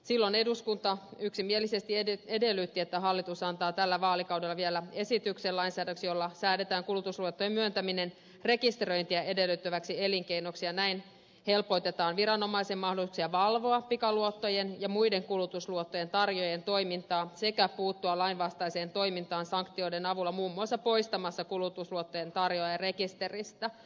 silloin eduskunta yksimielisesti edellytti että hallitus antaa vielä tällä vaalikaudella esityksen lainsäädännöksi jolla säädetään kulutusluottojen myöntäminen rekisteröintiä edellyttäväksi elinkeinoksi ja näin helpotetaan viranomaisen mahdollisuuksia valvoa pikaluottojen ja muiden kulutusluottojen tarjoajien toimintaa sekä mahdollistetaan puuttuminen lainvastaiseen toimintaan sanktioiden avulla muun muassa poistamalla kulutusluottojen tarjoaja rekisteristä